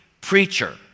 preacher